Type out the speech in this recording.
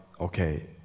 okay